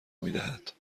میدهد